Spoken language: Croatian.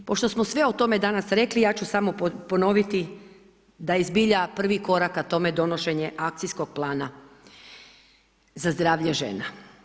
Pošto smo sve o tome danas rekli ja ću samo ponoviti da je zbilja prvi korak ka tome donošenje akcijskog plana za zdravlje žena.